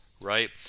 right